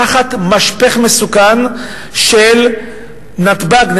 תחת משפך מסוכן של נתב"ג,